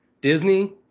Disney